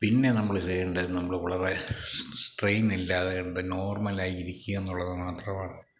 പിന്നെ നമ്മള് ചെയ്യേണ്ടത് നമ്മൾ വളരെ സ് സ്ട്രെയിനില്ലാതെകണ്ട് വളരെ നോർമലായി ഇരിക്കുക എന്നുള്ളത് മാത്രമാണ്